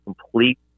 complete